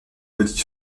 petit